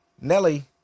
Nelly